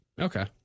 Okay